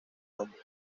nombre